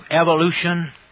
evolution